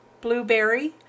Blueberry